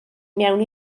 mewn